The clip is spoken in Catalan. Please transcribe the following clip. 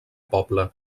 poble